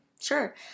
Sure